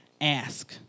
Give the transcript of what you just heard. Ask